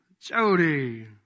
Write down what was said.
Jody